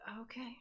okay